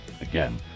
Again